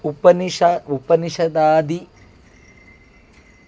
उपनिष उपनिषदादि